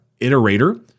iterator